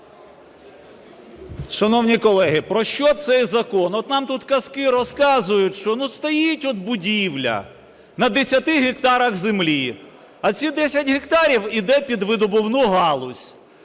Шановні колеги, про що цей закон? От нам тут казки розказують, що, ну, стоїть от будівля на 10 гектарах землі, а ці 10 гектарів іде під видобувну галузь.